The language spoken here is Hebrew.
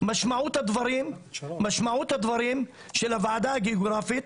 משמעות הדברים של הוועדה הגיאוגרפית